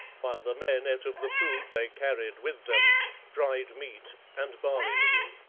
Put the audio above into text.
while the men ate of the food they carried with them dried meat and barley meal.